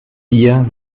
vier